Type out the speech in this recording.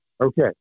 Okay